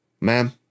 ma'am